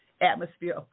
atmosphere